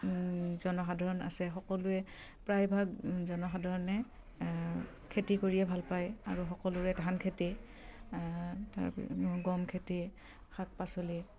জনসাধাৰণ আছে সকলোৱে প্ৰায়ভাগ জনসাধাৰণে খেতি কৰিয়ে ভাল পায় আৰু সকলোৰে ধান খেতি তাৰ গম খেতি শাক পাচলি